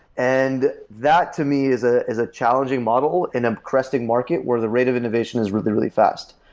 and that, to me, is ah is a challenging model in a cresting market where the rate of innovation is really really fast.